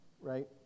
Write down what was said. right